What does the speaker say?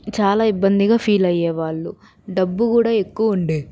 చాలా ఇబ్బందిగా ఫీల్ అయ్యేవాళ్ళు డబ్బు కూడా ఎక్కువ ఉండేది